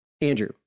Andrew